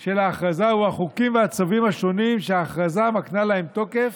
של ההכרזה הוא החוקים והצווים השונים שההכרזה מקנה להם תוקף.